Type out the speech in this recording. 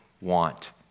want